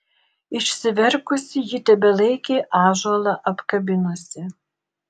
išsiverkusi ji tebelaikė ąžuolą apkabinusi